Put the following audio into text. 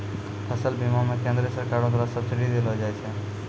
फसल बीमा मे केंद्रीय सरकारो द्वारा सब्सिडी देलो जाय छै